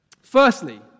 Firstly